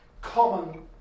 common